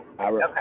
Okay